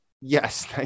Yes